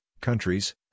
countries